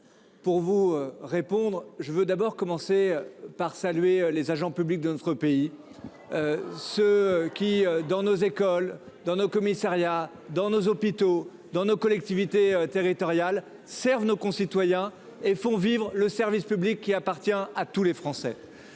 de vous répondre, permettez moi de saluer les agents publics de notre pays, ceux qui, dans nos écoles, nos commissariats, nos hôpitaux, nos collectivités territoriales, servent nos concitoyens et font vivre le service public, qui appartient à tous les Français.